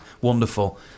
wonderful